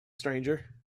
stranger